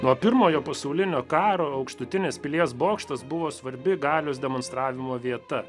nuo pirmojo pasaulinio karo aukštutinės pilies bokštas buvo svarbi galios demonstravimo vieta